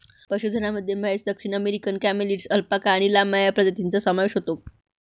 पशुधनामध्ये म्हैस, दक्षिण अमेरिकन कॅमेलिड्स, अल्पाका आणि लामा या प्रजातींचा समावेश होतो